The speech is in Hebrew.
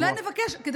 אולי נבקש כדי,